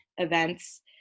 events